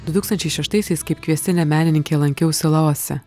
du tūkstančiai šeštaisiais kaip kviestinė menininkė lankiausi laose